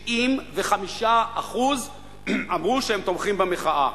75% אמרו שהם תומכים במחאה,